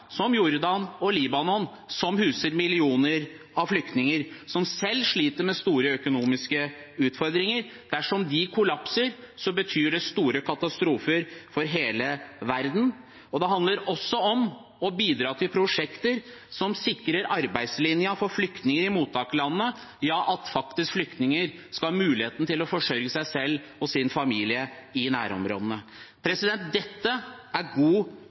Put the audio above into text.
som Jordan og Libanon, som huser millioner av flyktninger, men som selv sliter med store økonomiske utfordringer. Dersom de kollapser, fører det til store katastrofer for hele verden. Det handler også om å bidra til prosjekter som sikrer arbeidslinjen for flyktninger i mottakerlandene – at flyktninger faktisk skal ha mulighet til å forsørge seg selv og sin familie i nærområdene. Dette er god